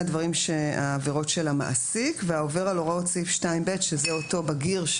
(ב) העובר על הוראות סעיף 2(ב) --- שזה אותו בגיר,